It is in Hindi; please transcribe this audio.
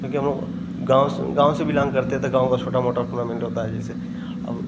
क्योंकि हम लोग गाँव से गाँव से बिलॉन्ग करते हैं तो गाँव का छोटा मोटा टूर्नामेंट होता है जैसे अब